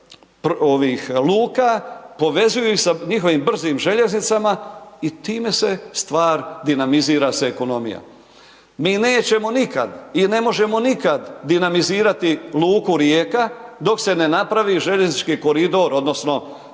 luka, povezuju ih sa njihovim brzim željeznicama i time se stvar, dinamizira se ekonomija. Mi nećemo nikad i ne možemo nikad dinamizirati luku Rijeka, dok se ne napravi željeznički koridor odnosno